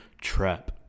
trap